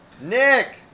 Nick